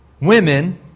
women